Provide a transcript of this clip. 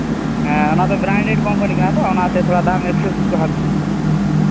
ᱦᱮᱸ ᱚᱱᱟᱫᱚ branded company ᱠᱟᱱᱟ ᱛᱚ ᱚᱱᱟᱛᱮ ᱛᱷᱚᱲᱟ ᱫᱟᱢ ᱮᱠᱥᱮᱥ ᱜᱮᱠᱚ ᱦᱟᱛᱟᱣ ᱮᱫᱟ